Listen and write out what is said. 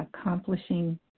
accomplishing